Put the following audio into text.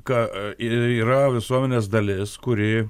ką ir yra visuomenės dalis kuri